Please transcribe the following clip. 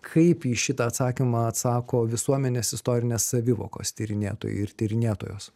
kaip į šitą atsakymą atsako visuomenės istorinės savivokos tyrinėtojai ir tyrinėtojos